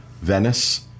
Venice